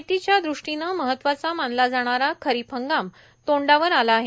शेतीच्या दृष्टीने महत्वाचा मानला जाणारा खरीप हंगाम तोंडावर आला आहे